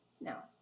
Now